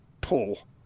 pull